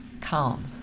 calm